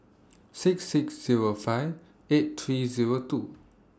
six six Zero five eight three Zero two